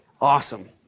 Awesome